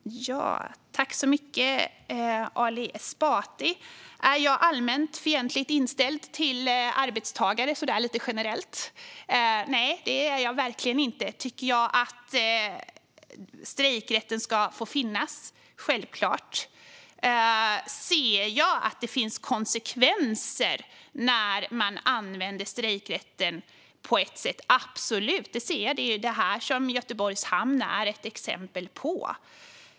Fru talman! Tack för frågorna, Ali Esbati! Är jag allmänt fientligt inställd till arbetstagare, lite så där generellt? Nej, det är jag verkligen inte. Tycker jag att strejkrätten ska finnas? Självklart! Ser jag att det leder till konsekvenser när man använder strejkrätten på ett visst sätt? Absolut! Det är Göteborgs hamn ett exempel på.